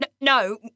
No